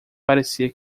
parecia